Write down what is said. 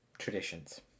traditions